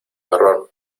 error